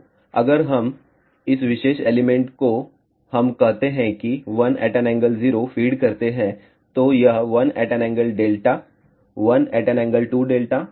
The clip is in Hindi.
तो अगर हम इस विशेष एलिमेंट को हम कहते हैं कि 1∠0 फ़ीड करते है तो यह 1∠δ1∠2 δ1∠3δ और इतने पर जाएगा